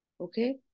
Okay